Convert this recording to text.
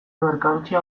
merkantzia